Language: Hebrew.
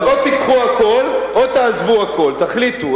או תיקחו הכול, או תעזבו הכול, תחליטו.